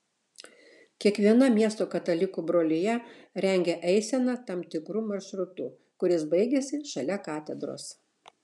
kiekviena miesto katalikų brolija rengia eiseną tam tikru maršrutu kuris baigiasi šalia katedros